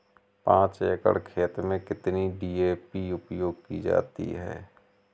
पाँच एकड़ खेत में कितनी डी.ए.पी उपयोग की जाती है?